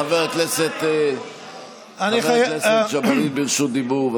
חבר הכנסת ג'בארין ברשות דיבור.